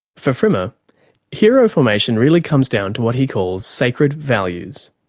for frimer, hero formation really comes down to what he calls sacred values.